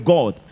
God